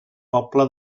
poble